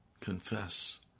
confess